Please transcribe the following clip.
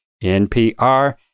NPR